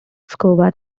scuba